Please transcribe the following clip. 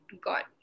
God